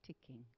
ticking